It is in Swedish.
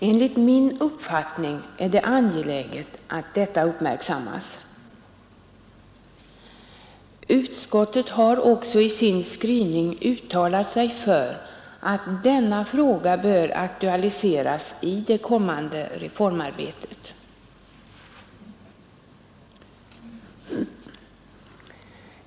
Enligt min uppfattning är det angeläget att detta uppmärksammas. Utskottet har också i sin skrivning uttalat sig för att denna fråga bör aktualiseras i det kommande reformarbetet.